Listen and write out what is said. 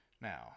Now